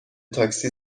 تاکسی